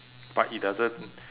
but it doesn't